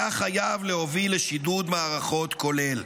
היה חייב להוביל לשידוד מערכות כולל.